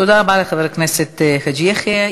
תודה רבה לחבר הכנסת חאג' יחיא.